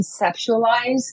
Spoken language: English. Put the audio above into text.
conceptualize